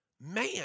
man